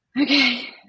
okay